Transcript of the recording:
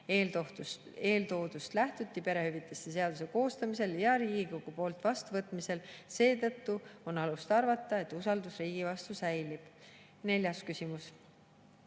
Eeltoodust lähtuti perehüvitiste seaduse koostamisel ja Riigikogu poolt vastuvõtmisel. Seetõttu on alust arvata, et usaldus riigi vastu säilib. Neljas küsimus: